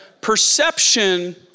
perception